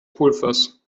pulvers